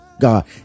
God